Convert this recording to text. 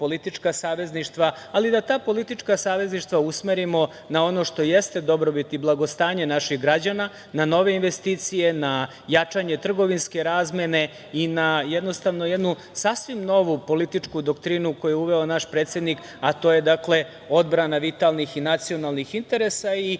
politička savezništva, ali da ta politička savezništva usmerimo na ono što jeste dobrobit i blagostanje naših građana, na nove investicije, na jačanje trgovinske razmene i na jednostavno jednu sasvim novu političku doktrinu koju je uveo naš predsednik, a to je odbrana vitalnih i nacionalnih interesa. Mogu